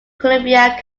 columbia